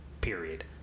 period